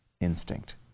instinct